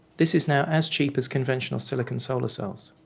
this is now as cheap as conventional silicon solar cells.